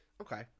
okay